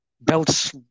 belts